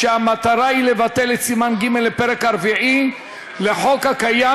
כשהמטרה היא לבטל את סימן ג' לפרק הרביעי לחוק הקיים,